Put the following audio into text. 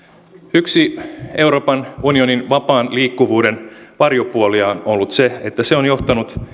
yksi euroopan unionin vapaan liikkuvuuden varjopuolia on ollut se että se on johtanut